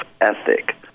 ethic